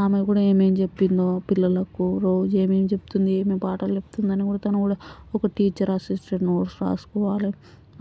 ఆమె కూడా ఏమేమి చెప్పిందో పిల్లలకు రోజు ఏమేమి చెప్తుంది ఏమేమి పాఠాలు చెప్తుంది అది కూడా తను కూడా ఒక టీచర్ యాసిటీస్గా నోట్స్ రాసుకోవాలి